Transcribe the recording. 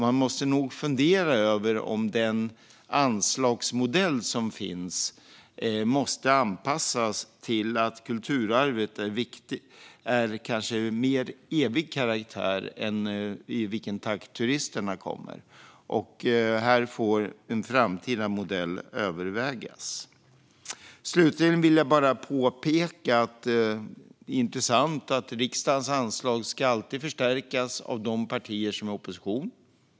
Man måste nog fundera över om den anslagsmodell som finns behöver anpassas efter att kulturarvet kanske är av mer evig karaktär än den takt i vilken turisterna kommer. Här får en framtida modell övervägas. Slutligen är det intressant att det alltid är de partier som är i opposition som föreslår att riksdagens anslag ska förstärkas.